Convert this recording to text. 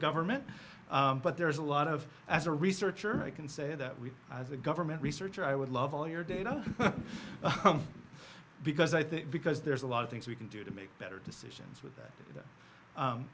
government but there's a lot of as a researcher i can say that we as a government researcher i would love all your data because i think because there's a lot of things we can do to make better decisions